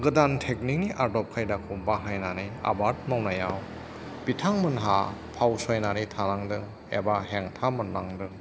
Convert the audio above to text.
गोदान टेकनिक नि आदब खायदाखौ बाहायनानै आबाद मावनायाव बिथांमोनहा फावसायनानै थानांदों एबा हेंथा मोननांदों